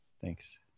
thanks